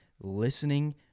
listening